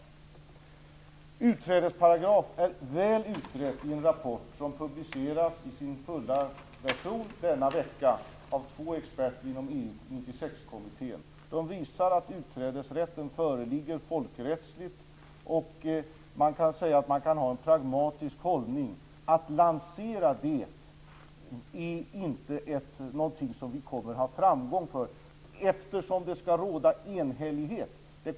Frågan om en utträdesparagraf är väl utredd i en rapport som publiceras i sin fulla version denna vecka av två experter inom EU 96-kommitttén. De visar att utträdesrätten föreligger folkrättsligt. Det kan sägas att man kan ha en pragmatisk hållning, men att lansera det är inte något som vi kommer att ha framgång med. Det skall ju råda enhällighet.